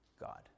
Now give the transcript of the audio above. God